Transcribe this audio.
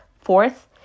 fourth